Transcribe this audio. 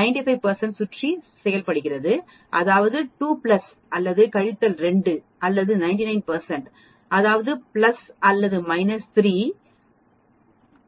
95 சுற்றி செய்யப்படுகிறது அதாவது 2 பிளஸ் அல்லது கழித்தல் 2 அல்லது 99 அதாவதுபிளஸ் அல்லது மைனஸ் 3